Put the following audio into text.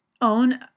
own